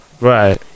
Right